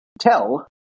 tell